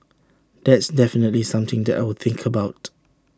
that's definitely something that I will think about